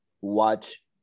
watch